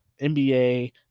NBA